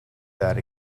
that